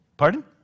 Pardon